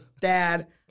dad